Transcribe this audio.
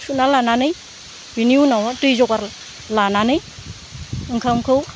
सुना लानानै बेनि उनाव दै जगार लानानै ओंखामखौ